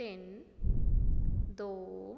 ਤਿੰਨ ਦੋ